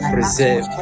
Preserve